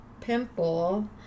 pimple